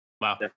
Wow